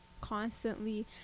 constantly